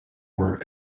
word